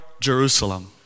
Jerusalem